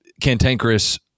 cantankerous